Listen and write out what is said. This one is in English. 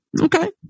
Okay